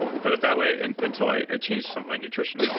we'll put it that way, and until i changed some of my nutrition.